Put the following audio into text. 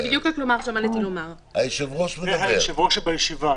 אתה היושב-ראש שבישיבה.